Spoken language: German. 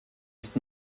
ist